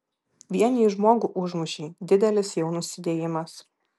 vien jei žmogų užmušei didelis jau nusidėjimas